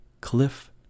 Cliff